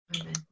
Amen